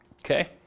Okay